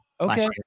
Okay